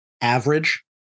average